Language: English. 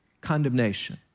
condemnation